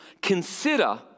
consider